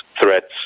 threats